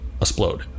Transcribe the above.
explode